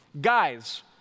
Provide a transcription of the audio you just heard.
Guys